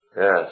Yes